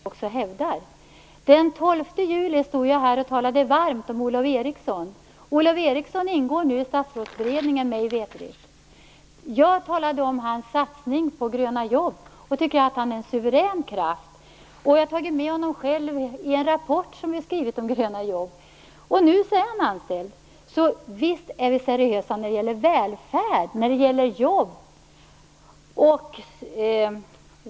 Herr talman! Det är just det som vi i Miljöpartiet också hävdar. Den 12 juli stod jag här och talade varmt om Olof Eriksson. Han ingår nu, mig veterligt, i statsrådsberedningen. Jag talade om hans satsning på gröna jobb. Jag tycker att han är en suverän kraft. Jag har själv tagit med honom i en rapport som handlar om gröna jobb. Nu är han anställd. Visst är vi seriösa när det gäller välfärd och jobb!